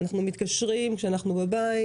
אנחנו מתקשרים כשאנחנו בבית,